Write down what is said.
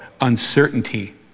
uncertainty